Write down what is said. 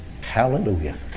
Hallelujah